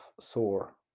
sore